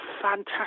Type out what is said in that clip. fantastic